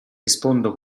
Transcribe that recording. rispondo